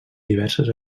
diverses